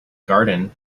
garden